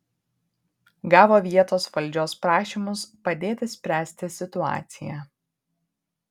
gavo vietos valdžios prašymus padėti spręsti situaciją